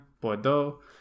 Bordeaux